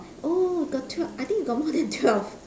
oh the twelve I think got more than twelve